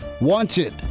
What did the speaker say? wanted